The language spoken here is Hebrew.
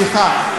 סליחה,